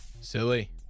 Silly